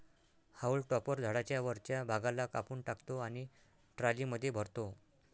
haulm topper झाडाच्या वरच्या भागाला कापून टाकतो आणि ट्रॉलीमध्ये भरतो